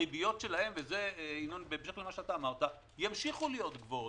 הריביות שלהן וזה בהמשך למה שאמר ינון אזולאי ימשיכו להיות גבוהות.